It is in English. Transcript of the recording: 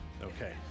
okay